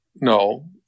no